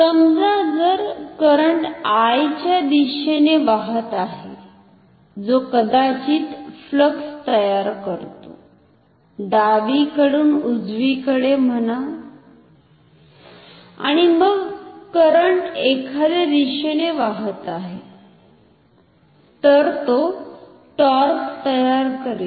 समजा जर current I च्या दिशेने वाहत आहे जो कदाचित फ्लक्स तयार करतो डावीकडून उजवीकडे म्हणा आणि मग करंट एखाद्या दिशेने वाहत आहे तर तो टॉर्क तयार करेल